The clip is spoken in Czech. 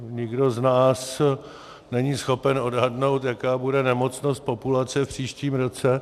Nikdo z nás není schopen odhadnout, jaká bude nemocnost populace v příštím roce.